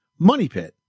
MONEYPIT